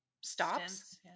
stops